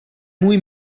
můj